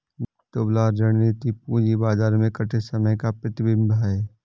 दुबला रणनीति पूंजी बाजार में कठिन समय का प्रतिबिंब है